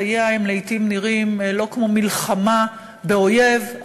חייה לעתים נראים לא כמו מלחמה באויב,